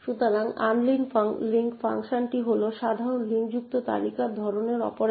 সুতরাং আনলিঙ্ক ফাংশনটি হল সাধারণ লিঙ্কযুক্ত তালিকার ধরণের অপারেশন